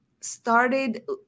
started